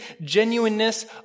genuineness